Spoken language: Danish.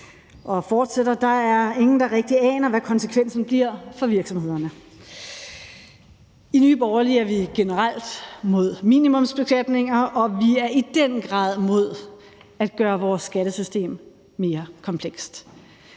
han fortsætter: Der er ingen, der rigtig aner, hvad konsekvensen bliver for virksomhederne. I Nye Borgerlige er vi generelt mod minimumsbeskatninger, og vi er i den grad mod at gøre vores skattesystem mere komplekst.